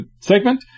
segment